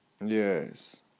Yes